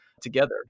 together